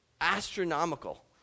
astronomical